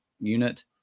unit